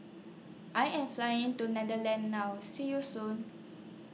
I Am Flying to Netherlands now See YOU Soon